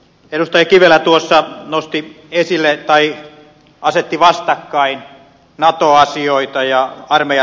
edustaja kivelä asetti vastakkain nato asiat ja armeijan ruokahuollon